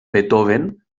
beethoven